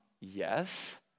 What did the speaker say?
Yes